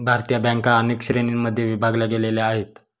भारतीय बँका अनेक श्रेणींमध्ये विभागल्या गेलेल्या आहेत